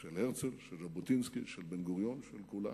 של הרצל, של ז'בוטינסקי, של בן-גוריון, של כולם.